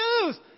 news